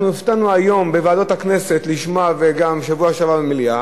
הופתענו לשמוע בוועדת הכנסת היום ובשבוע שעבר גם במליאה,